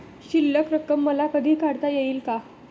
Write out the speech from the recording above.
शिल्लक रक्कम मला कधी काढता येईल का?